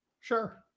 Sure